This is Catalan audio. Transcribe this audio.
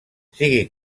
sigui